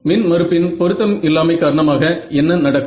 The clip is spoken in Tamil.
மின் மறுப்பின் பொருத்தம் இல்லாமை காரணமாக என்ன நடக்கும்